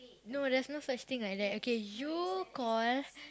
no there's no such thing like that okay you call